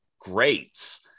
greats